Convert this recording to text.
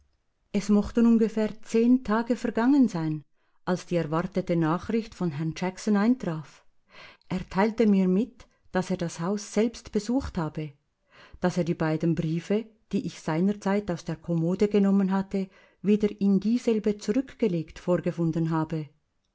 es mochten ungefähr zehn tage vergangen sein als die erwartete nachricht von herrn jackson eintraf er teilte mir mit daß er das haus selbst besucht habe daß er die beiden briefe die ich seinerzeit aus der kommode genommen hatte wieder in dieselbe zurückgelegt vorgefunden habe